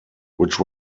which